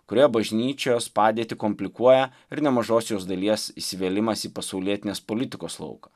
kurioje bažnyčios padėtį komplikuoja ir nemažos jos dalies įsivėlimas į pasaulietinės politikos lauką